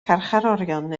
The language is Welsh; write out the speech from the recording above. carcharorion